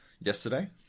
yesterday